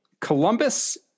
Columbus